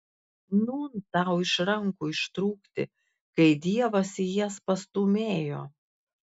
nūn tau iš rankų ištrūkti kai dievas į jas pastūmėjo